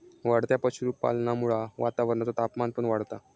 वाढत्या पशुपालनामुळा वातावरणाचा तापमान पण वाढता